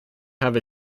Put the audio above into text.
have